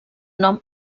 nom